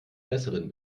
besseren